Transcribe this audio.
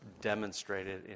demonstrated